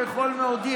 בכל מאודי,